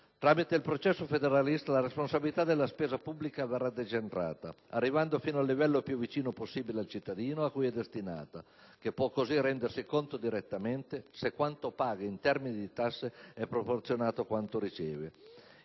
Tramite il processo federalista, la responsabilità della spesa pubblica verrà decentrata, arrivando fino al livello più vicino possibile al cittadino a cui è destinata, che potrà così rendersi conto direttamente se quanto paga in termini di tasse è proporzionato a quanto riceve.